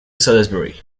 salisbury